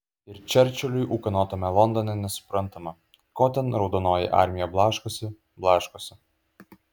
ir čerčiliui ūkanotame londone nesuprantama ko ten raudonoji armija blaškosi blaškosi